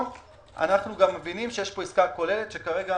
ואנחנו מבינים שיש פה עסקה כוללת שכרגע